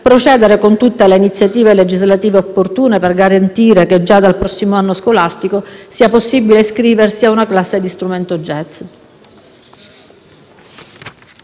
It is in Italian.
procedere con tutte le iniziative legislative opportune per garantire che già dal prossimo anno scolastico sia possibile iscriversi a una classe di strumento